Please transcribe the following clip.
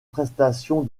prestation